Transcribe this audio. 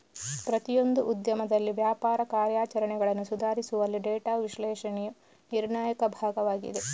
ಪ್ರತಿಯೊಂದು ಉದ್ಯಮದಲ್ಲಿ ವ್ಯಾಪಾರ ಕಾರ್ಯಾಚರಣೆಗಳನ್ನು ಸುಧಾರಿಸುವಲ್ಲಿ ಡೇಟಾ ವಿಶ್ಲೇಷಣೆಯು ನಿರ್ಣಾಯಕ ಭಾಗವಾಗಿದೆ